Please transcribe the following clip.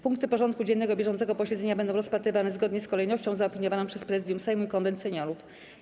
Punkty porządku dziennego bieżącego posiedzenia będą rozpatrywane zgodnie z kolejnością zaopiniowaną przez Prezydium Sejmu i Konwent Seniorów.